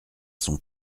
son